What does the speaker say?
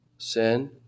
Sin